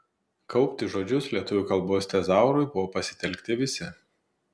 kaupti žodžius lietuvių kalbos tezaurui buvo pasitelkti visi